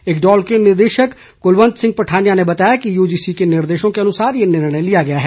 इक्डोल के निदेशक कुलवंत सिंह पठानिया ने बताया कि यूजीसी के निर्देशों के अनुसार ये निर्णय लिया गया है